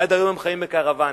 עד היום חיים בקרוונים.